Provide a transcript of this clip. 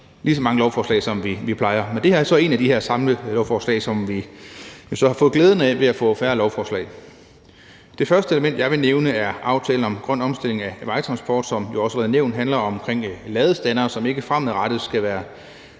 lige så mange lovforslag, som vi plejer. Det her er så et af de her samlelovforslag, som vi jo så har fået glæden af ved at få færre lovforslag. Det første element, jeg vil nævne, er aftalen om grøn omstilling af vejtransporten, som jo også har været nævnt. Det handler om ladestandere, som fremadrettet ikke skal være